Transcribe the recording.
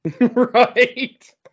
Right